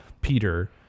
Peter